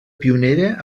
pionera